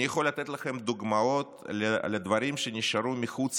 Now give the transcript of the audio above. אני יכול לתת לכם דוגמאות לדברים שנשארו מחוץ